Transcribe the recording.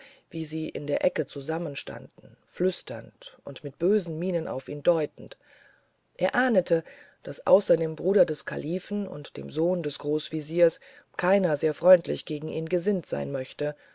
wie sie in der ecke zusammen standen flüsterten und mit bösen mienen auf ihn deuteten er ahnete daß außer dem bruder des kalifen und dem sohn des großwesir keiner sehr freundlich gegen ihn gesinnt sein möchte